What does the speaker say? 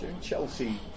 Chelsea